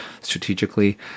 strategically